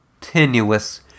tenuous